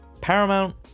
Paramount